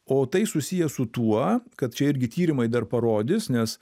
o tai susiję su tuo kad čia irgi tyrimai dar parodys nes